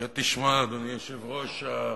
תשמע, אדוני היושב-ראש,